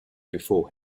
before